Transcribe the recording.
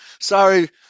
sorry